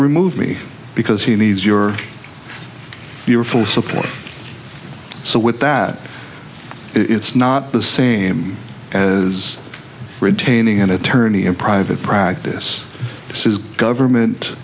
remove me because he needs your your full support so with that it's not the same as retaining an attorney in private practice this is government